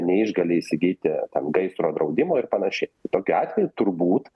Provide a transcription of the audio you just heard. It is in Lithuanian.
neišgali įsigyti ten gaisro draudimo ir panašiai tokiu atveju turbūt